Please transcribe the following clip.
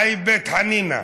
חאי בית חנינא,